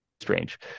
strange